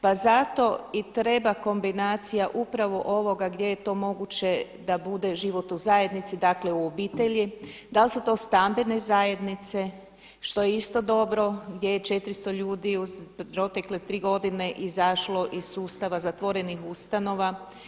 Pa zato i treba kombinacija upravo ovoga gdje to moguće da bude život u zajednici, dakle u obitelji, da li su to stambene zajednice, što je isto dobro gdje je 400 ljudi u protekle 3 godine izašlo iz sustava zatvorenih ustanova.